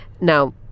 Now